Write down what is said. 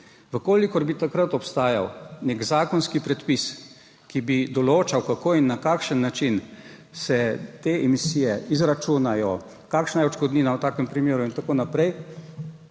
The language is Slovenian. Če bi takrat obstajal nek zakonski predpis, ki bi določal, kako in na kakšen način se te emisije izračunajo, kakšna je odškodnina v takem primeru in tako naprej,